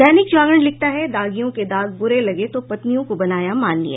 दैनिक जागरण लिखता है दागियों के दाग बुरे लगे तो पत्नियों को बनाया माननीय